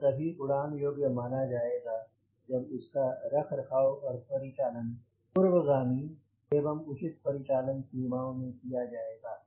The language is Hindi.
जो तभी उड़ान योग्य माना जायेगा जब इसका रखरखाव और परिचालन पूर्वगामी एवं उचित परिचालन सीमाओं में किया जायेगा